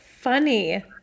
funny